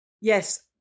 Yes